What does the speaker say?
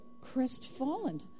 crestfallen